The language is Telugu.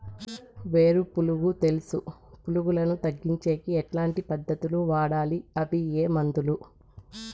వేరు పులుగు తెలుసు పులుగులను తగ్గించేకి ఎట్లాంటి పద్ధతులు వాడాలి? అవి ఏ మందులు?